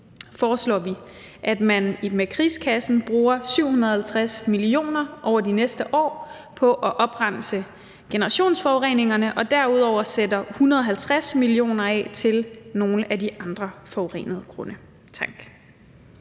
foreslår vi, at man med krigskassen bruger 750 mio. kr. over de næste år på at oprense generationsforureningerne, og at vi derudover sætter 150 mio. kr. af til nogle af de andre forurenede grunde.